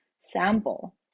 sample